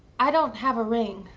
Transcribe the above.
i don't have a ring.